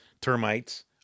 termites